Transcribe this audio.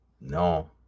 No